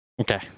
Okay